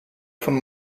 von